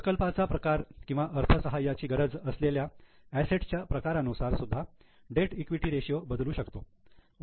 प्रकल्पाचा प्रकार किंवा अर्थसहाय्याची गरज असलेल्या असेट च्या प्रकारानुसार सुद्धा डेट ईक्विटी रेशियो बदलू शकतो